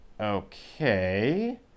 Okay